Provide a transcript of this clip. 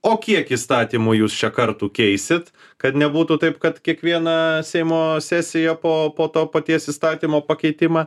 o kiek įstatymų jūs čia kartų keisit kad nebūtų taip kad kiekviena seimo sesija po po to paties įstatymo pakeitimą